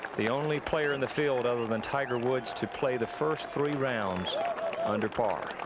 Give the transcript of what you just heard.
the only player in the field other than tiger woods to play the first three rounds under par